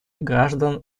граждан